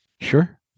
sure